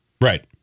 Right